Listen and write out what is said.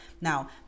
Now